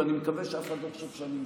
ואני מקווה שאף אחד לא יחשוב שאני משקר,